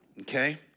Okay